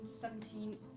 seventeen